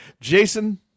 Jason